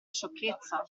sciocchezza